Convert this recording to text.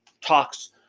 talks